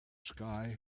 sky